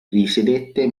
risiedette